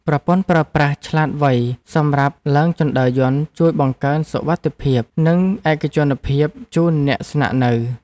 ប្រព័ន្ធប្រើប្រាស់កាតឆ្លាតវៃសម្រាប់ឡើងជណ្តើរយន្តជួយបង្កើនសុវត្ថិភាព និងឯកជនភាពជូនអ្នកស្នាក់នៅ។